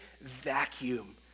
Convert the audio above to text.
vacuum